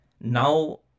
now